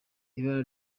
ibara